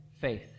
faith